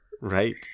right